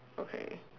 okay